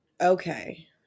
Okay